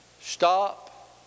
stop